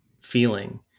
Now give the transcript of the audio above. feeling